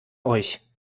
euch